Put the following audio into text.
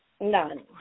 None